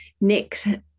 Nick